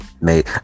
made